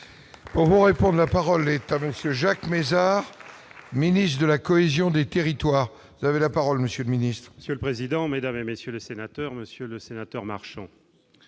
Pour et prendre la parole est 26 Jacques Mézard. Ministre de la cohésion des territoires, vous avez la parole Monsieur le Ministre. Monsieur le président, Mesdames et messieurs les sénateurs, Monsieur le Sénateur, marchand,